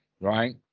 right